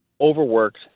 overworked